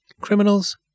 criminals